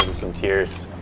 some tears.